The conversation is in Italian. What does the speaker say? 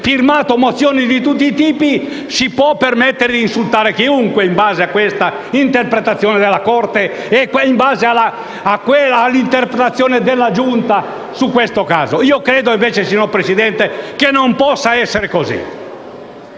firmato mozioni di tutti i tipi: mi potrei permettere di insultare chiunque, in base a questa interpretazione della Corte e in base all'interpretazione della Giunta sul caso al nostro esame. Credo invece, signor Presidente, che non possa essere così: